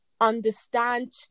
understand